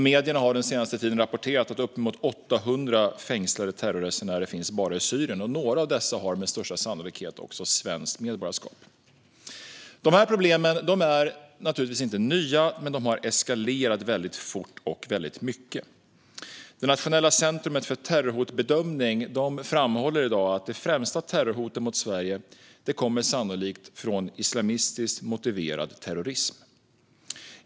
Medierna har under den senaste tiden rapporterat att uppemot 800 fängslade terrorresenärer finns bara i Syrien, och några av dessa har med största sannolikhet också svenskt medborgarskap. Problemen är naturligtvis inte nya, men de har eskalerat väldigt fort och mycket. Nationellt centrum för terrorhotbedömning framhåller i dag att det främsta terrorhotet mot Sverige sannolikt kommer från islamistiskt motiverad terrorism.